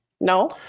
No